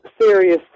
serious